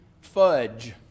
fudge